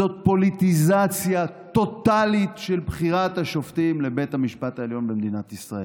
זה פוליטיזציה טוטלית של בחירת השופטים לבית המשפט העליון במדינת ישראל.